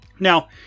Now